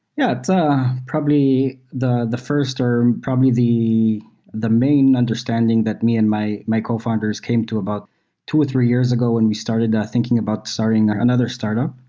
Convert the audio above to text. yeah, it's um probably the the first or probably the the main understanding that me and my my cofounders came to about two or three years ago when we started thinking about starting another startup.